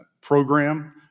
program